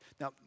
Now